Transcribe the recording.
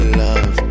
love